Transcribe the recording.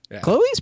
Chloe's